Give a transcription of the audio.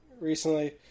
recently